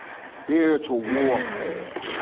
spiritual warfare.